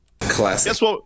Classic